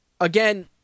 Again